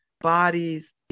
bodies